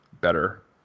better